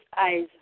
eyes